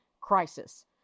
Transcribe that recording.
crisis